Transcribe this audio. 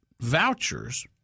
vouchers